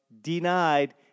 Denied